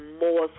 more